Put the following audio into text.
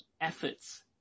efforts